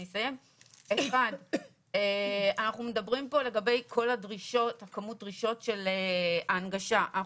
אנחנו מדברים פה לגבי כמות הדרישות של ההנגשה.